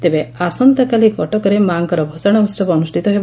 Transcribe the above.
ତେବେ ଆସନ୍ତାକାଲି କଟକରେ ମାକ୍କର ଭସାଣ ଉହବ ଅନୁଷ୍ପିତ ହେବ